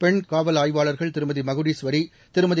பெண் காவல் ஆய்வாளர்கள் திருமதி மகுடீஸ்வரி திருமதி